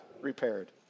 repaired